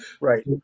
Right